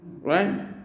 right